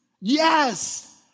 Yes